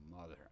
mother